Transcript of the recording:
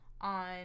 on